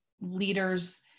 leaders